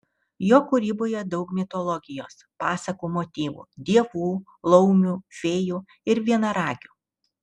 jo kūryboje daug mitologijos pasakų motyvų dievų laumių fėjų ir vienaragių